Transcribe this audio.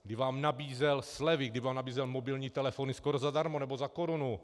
Kdy vám nabízel slevy, kdy vám nabízel mobilní telefony skoro zadarmo nebo za korunu.